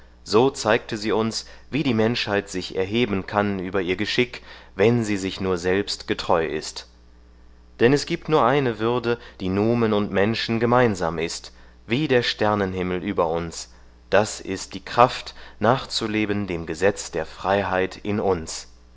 so zeigte sie uns wie die menschheit sich erheben kann über ihr geschick wenn sie nur sich selbst getreu ist denn es gibt nur eine würde die numen und menschen gemeinsam ist wie der sternenhimmel über uns das ist die kraft nachzuleben dem gesetz der freiheit in uns